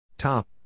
Top